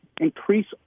increase